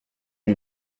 lui